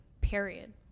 period